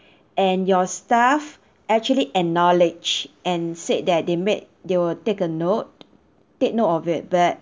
and your staff actually acknowledged and said that they made they will take a note take note of it but